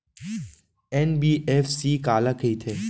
NBFC काला कहिथे?